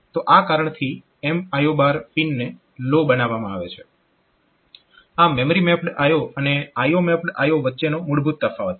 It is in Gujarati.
તો આ કારણથી આ MIO પિનને લો બનાવવામાં આવે છે આ મેમરી મેપ્ડ IO અને IO મેપ્ડ IO વચ્ચેનો મૂળભૂત તફાવત છે